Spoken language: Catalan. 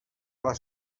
les